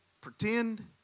Pretend